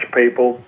people